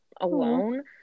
alone